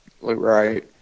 Right